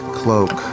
cloak